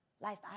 life